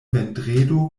vendredo